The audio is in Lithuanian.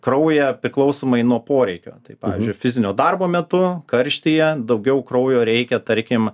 kraują priklausomai nuo poreikio tai pavyzdžiui fizinio darbo metu karštyje daugiau kraujo reikia tarkim